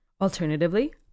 Alternatively